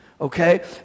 Okay